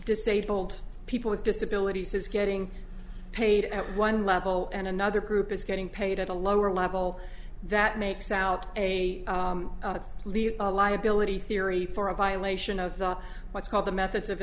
disabled people with disabilities is getting paid at one level and another group is getting paid at a lower level that makes out a liability theory for a violation of the what's called the methods of